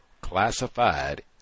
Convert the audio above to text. classified